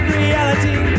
reality